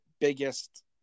biggest